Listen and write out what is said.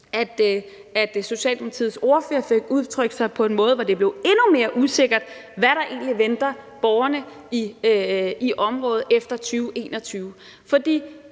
at Socialdemokratiets ordfører desværre fik udtrykt sig på en måde, hvor det blev endnu mere usikkert, hvad der egentlig venter borgerne i området efter 2021. For